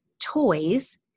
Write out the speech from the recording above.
toys